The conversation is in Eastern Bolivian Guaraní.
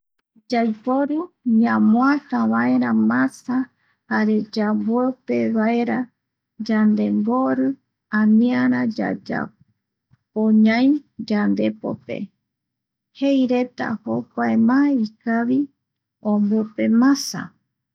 Yaiporu ñamoata vaera masa jare yambope vaera, yandembori aniara yaya. Po, ñai yandepope jei reta jokua ma ikavi ombope masa